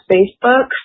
Facebook